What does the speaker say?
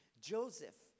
Joseph